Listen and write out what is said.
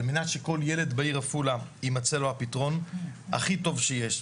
על מנת שכל ילד בעיר עפולה יימצא לו הפתרון הכי טוב שיש.